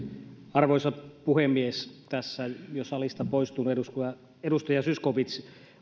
arvoisa puhemies tässä jo salista poistunut edustaja edustaja zyskowicz